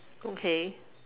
okay